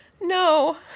No